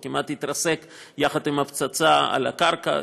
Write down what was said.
והוא כמעט התרסק יחד עם הפצצה על הקרקע,